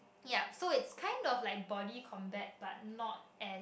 yup so it's kind of like body combat but not as